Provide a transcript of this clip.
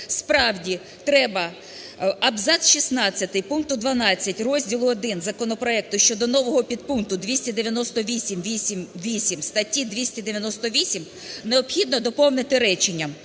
справді, треба абзац 16 пункту 12 розділу І законопроекту щодо нового підпункту 298.8.8. статті 298 необхідно доповнити реченням: